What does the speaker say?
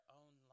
own